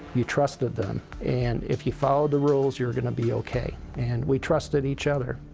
you trusted them and if you followed the rules, you were gonna be okay, and we trusted each other.